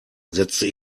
setzte